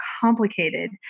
complicated